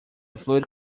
fluid